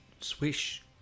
swish